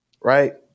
right